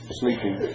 sleeping